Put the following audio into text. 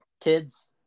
Kids